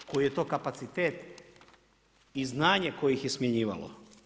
Koji je to kapacitet i znanje koje ih je smjenjivalo.